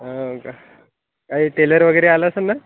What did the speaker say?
हाव का काही टेलर वगैरे आला असंन ना